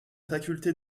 faculté